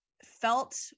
felt